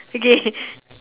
okay